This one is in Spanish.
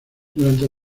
durante